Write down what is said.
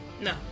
No